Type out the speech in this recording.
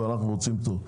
ואנחנו רוצים פטור.